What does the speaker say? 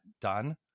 done